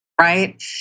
right